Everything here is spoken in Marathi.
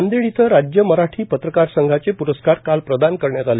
नांदेड इथं राज्य मराठी पत्रकार संघाचे प्रस्कार काल प्रदान करण्यात आले